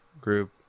group